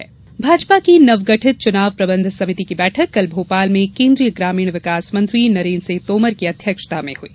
चुनाव प्रबंध समिति भाजपा की नवगठित चुनाव प्रबंघ समिति की बैठक कल भोपाल में केन्द्रीय ग्रामीण विकास मंत्री नरेन्द्र सिंह तोमर की अध्यक्षता में हुई